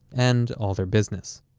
and all their business.